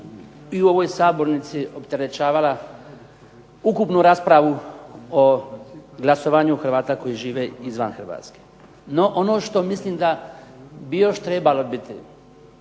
i u ovoj sabornici opterećivala ukupnu raspravu o glasovanju Hrvata koji žive izvan Hrvatske. No, ono što mislim da bi još trebalo biti